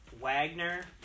Wagner